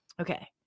okay